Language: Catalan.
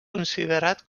considerat